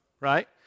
right